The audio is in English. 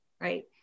right